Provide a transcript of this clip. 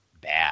bad